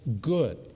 good